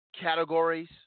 categories